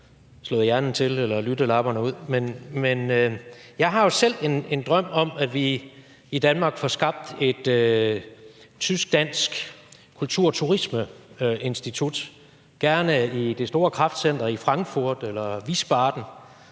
Jeg har jo selv en drøm om, at vi i Danmark får skabt et tysk-dansk kultur- og turismeinstitut, gerne i det store kraftcenter Frankfurt eller i Wiesbaden.